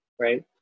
Right